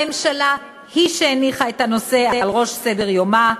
הממשלה היא שהניחה את הנושא על ראש סדר-יומה,